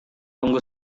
tunggu